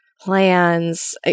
plans